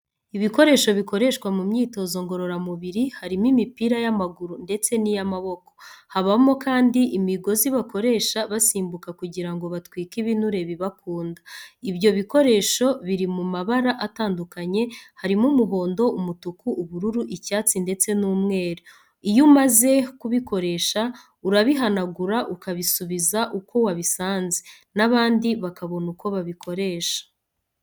Ibikoresho bikoreshwa mu myitozo ngororamubiri, harimo imipira y'amaguru ndetse niy'amboko, habamo kandi imigozi bakoresha basimbuka kugira ngo batwike ibinure biba kunda. Ibyo bikoresho biri mu mabara atandukanya harimo umuhondo, umutuku, ubururu, icyatsi, ndetse n'umweru. Iyo umaze kubikoresha urabihanagura ukabisubiza uko wabisanze, nabandi bakabona uko babikoresha.